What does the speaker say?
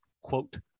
quote